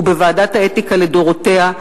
ובוועדת האתיקה לדורותיה,